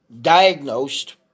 diagnosed